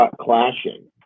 clashing